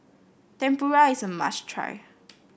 Tempura is a must try